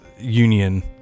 union